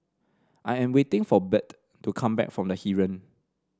I am waiting for Bert to come back from The Heeren